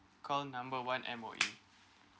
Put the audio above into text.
call number one M_O_E